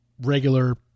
regular